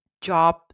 job